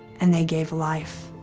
and they gave life.